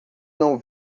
não